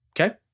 Okay